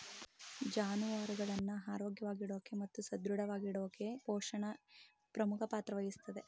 ಜಾನುವಾರುಗಳನ್ನ ಆರೋಗ್ಯವಾಗಿಡೋಕೆ ಮತ್ತು ಸದೃಢವಾಗಿಡೋಕೆಪೋಷಣೆ ಪ್ರಮುಖ ಪಾತ್ರ ವಹಿಸ್ತದೆ